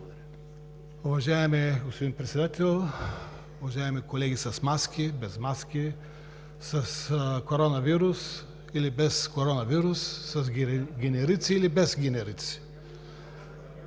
Уважаеми господин Председател, уважаеми колеги с маски, без маски, с коронавирус или без коронавирус, с генерици или без генерици!